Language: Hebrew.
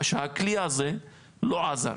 שהכלי הזה לא עזר.